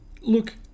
look